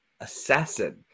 assassin